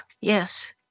yes